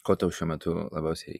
ko tau šiuo metu labiausiai